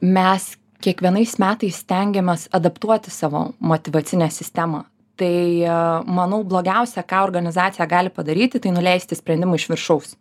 mes kiekvienais metais stengiamės adaptuoti savo motyvacinę sistemą tai manau blogiausia ką organizacija gali padaryti tai nuleisti sprendimų iš viršaus